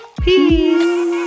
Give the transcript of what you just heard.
Peace